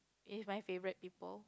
with my favourite people